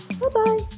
Bye-bye